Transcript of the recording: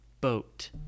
boat